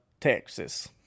Texas